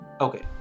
Okay